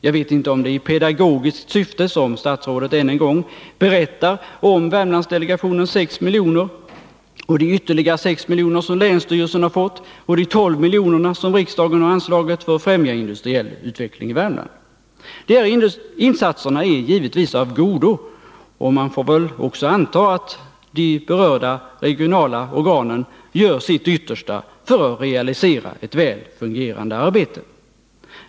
Jag vet inte om det är i pedagogiskt syfte som statsrådet än en gång berättar om Värmlandsdelegationens 6 miljoner, om de ytterligare 6 miljoner som länsstyrelsen har fått och om de 12 miljoner som riksdagen har anslagit för att främja industriell utveckling i Värmland. De här insatserna är givetvis av godo, och man får väl också anta att berörda regionala organ gör sitt yttersta för att realisera ett väl fungerande arbete.